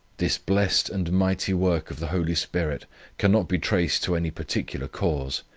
this blessed and mighty work of the holy spirit cannot be traced to any particular cause.